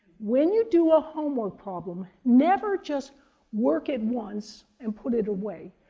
when you do a homework problem, never just work at once and put it away.